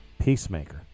Peacemaker